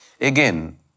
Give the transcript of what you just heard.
Again